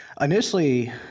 Initially